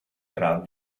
grado